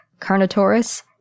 Carnotaurus